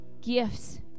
gifts